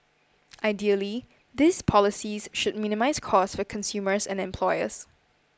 ideally these policies should minimise cost for consumers and employers